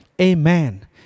Amen